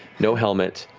no helmet,